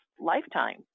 lifetime